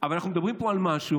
אבל אנחנו מדברים פה על משהו